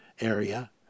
area